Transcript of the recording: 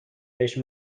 بهش